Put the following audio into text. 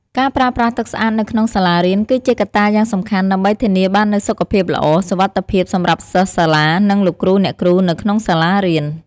ការប្រើប្រាស់ទឹកសា្អតនៅក្នុងសាលារៀនគឺជាកត្តាយ៉ាងសំខាន់ដើម្បីធានាបាននូវសុខភាពល្អ សុវត្ថិភាពសម្រាប់សិស្សសាលានិងលោកគ្រូអ្នកគ្រូនៅក្នុងសាលារៀន។